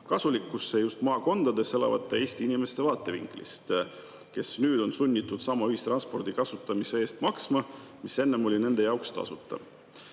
kasulikkusesse just maakondades elavate Eesti inimeste vaatevinklist, kes on sunnitud maksma sellesama ühistranspordi kasutamise eest, mis enne oli nende jaoks tasuta?